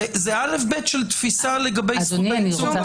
זה א'-ב' של תפיסה לגבי זכות הייצוג.